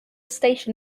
station